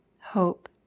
hope